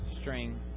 string